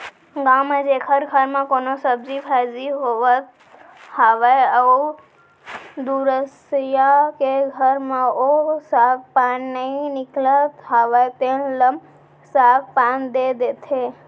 गाँव म जेखर घर म कोनो सब्जी भाजी होवत हावय अउ दुसरइया के घर म ओ साग पान नइ निकलत हावय तेन ल साग पान दे देथे